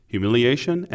Humiliation